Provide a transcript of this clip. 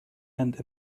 and